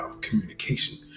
communication